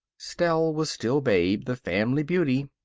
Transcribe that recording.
stell was still babe, the family beauty.